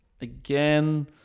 again